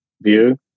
view